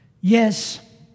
Yes